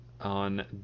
on